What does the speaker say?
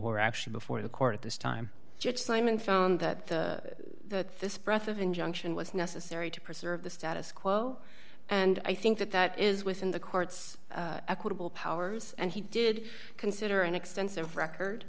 are actually before the court at this time judge simon found that the this breath of injunction was necessary to preserve the status quo and i think that that is within the court's equitable powers and he did consider an extensive record